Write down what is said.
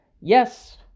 Yes